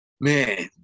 man